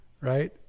right